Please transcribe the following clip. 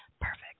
Perfect